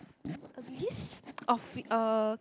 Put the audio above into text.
a list of uh